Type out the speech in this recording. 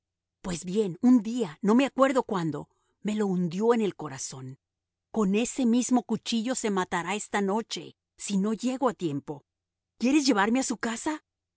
pues bien un día no me acuerdo cuándo me lo hundió en el corazón con ese mismo cuchillo se matará esta noche si no llego a tiempo quieres llevarme a su casa